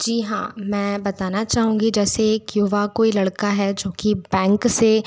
जी हाँ मैं बताना चाउँगी जैसे एक युवा कोई लड़का है जो की बैंक से